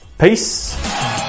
Peace